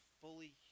fully